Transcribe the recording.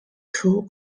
two